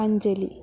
अञ्जलिः